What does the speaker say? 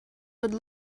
would